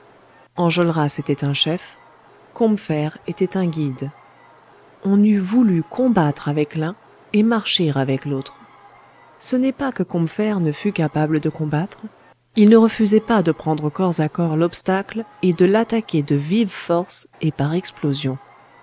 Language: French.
enjolras était un chef combeferre était un guide on eût voulu combattre avec l'un et marcher avec l'autre ce n'est pas que combeferre ne fût capable de combattre il ne refusait pas de prendre corps à corps l'obstacle et de l'attaquer de vive force et par explosion